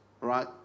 Right